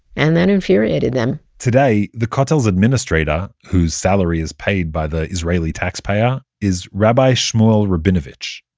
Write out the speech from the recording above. and that infuriated them today, the kotel's administrator whose salary is paid by the israeli taxpayer is rabbi shmuel rabinowitz.